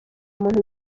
muntu